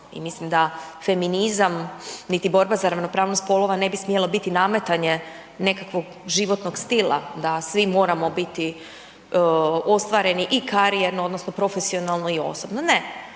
i mislim da feminizam niti borba za ravnopravnost spolova ne bi smjelo biti nametanje nekakvog životnog stila, da svi moramo biti ostvareni i karijerno odnosno profesionalno i osobno. Ne.